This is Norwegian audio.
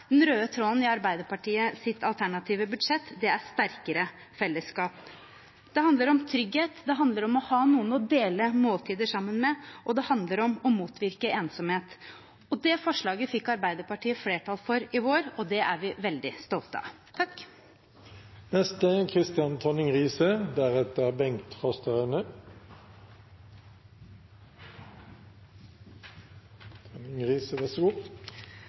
den røde tråden i Arbeiderpartiets alternative budsjett, det er sterkere fellesskap. Det handler om trygghet, det handler om å ha noen å dele måltider sammen med, og det handler om å motvirke ensomhet. Det forslaget fikk Arbeiderpartiet flertall for i vår, og det er vi veldig stolte av.